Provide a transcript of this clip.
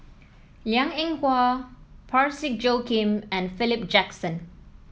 Liang Eng Hwa Parsick Joaquim and Philip Jackson